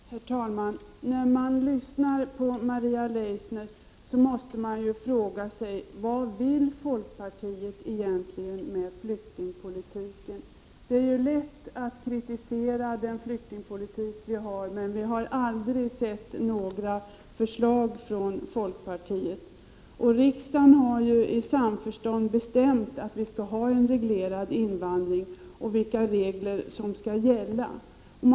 Herr talman! När man lyssnar på Maria Leissner måste man ju fråga sig: Vad vill folkpartiet egentligen med flyktingpolitiken? Det är ju lätt att kritisera den flyktingpolitik vi har, men vi har aldrig sett några förslag från folkpartiet. Riksdagen har i samförstånd bestämt att vi skall ha en reglerad invandring och vilka regler som skall gälla för denna.